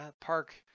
park